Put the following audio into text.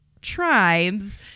tribes